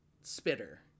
spitter